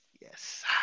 yes